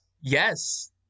Yes